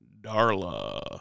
Darla